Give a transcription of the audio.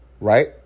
right